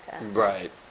Right